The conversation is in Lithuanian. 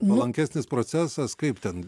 nuolankesnis procesas kaip ten